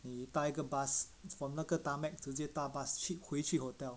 你搭一个 bus from 那个 tarmac 直接搭 bus 去回去 hotel